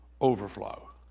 overflow